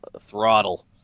throttle